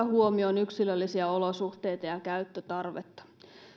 huomioon yksilöllisiä olosuhteita ja käyttötarvetta